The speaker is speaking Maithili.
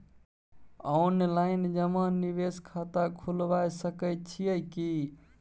ऑनलाइन जमा निवेश खाता खुलाबय सकै छियै की?